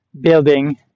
building